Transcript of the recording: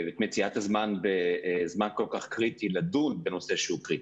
על מציאת הזמן בזמן כל כך קריטי לדון בנושא שהוא קריטי.